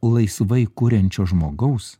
laisvai kuriančio žmogaus